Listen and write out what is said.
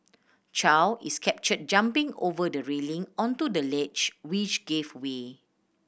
Chow is captured jumping over the railing onto the ledge which gave way